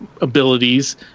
abilities